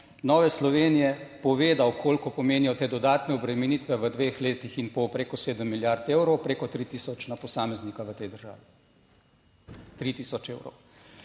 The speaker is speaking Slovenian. Nove Slovenije povedal koliko pomenijo te dodatne obremenitve. V dveh letih in pol preko 7 milijard evrov, preko 3 tisoč na posameznika v tej državi. 3 tisoč evrov.